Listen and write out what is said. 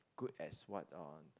good as what uh